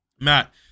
Matt